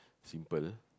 simple